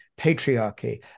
patriarchy